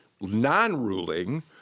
non-ruling